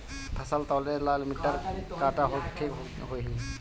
फसल तौले ला मिटर काटा ठिक होही?